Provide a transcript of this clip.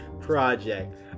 project